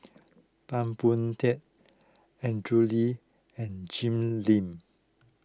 Tan Boon Teik Andrew Lee and Jim Lim